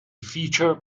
feature